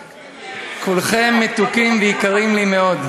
כולכם מתוקים ויקרים לי מאוד.